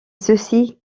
ceci